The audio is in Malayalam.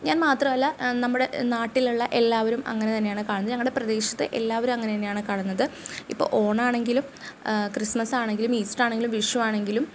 ഞാൻ മാത്രമല്ല നമ്മുടെ നാട്ടിലുള്ള എല്ലാവരും അങ്ങനെ തന്നെയാണ് കാണുന്നത് ഞങ്ങളുടെ പ്രദേശത്തെ എല്ലാവരും അങ്ങനെ തന്നെയാണ് കാണുന്നത് ഇപ്പോൾ ഓണം ആണെങ്കിലും ക്രിസ്മസ് ആണെങ്കിലും ഈസ്റ്റർ ആണെങ്കിലും വിഷു ആണെങ്കിലും